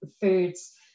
foods